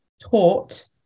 taught